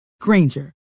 Granger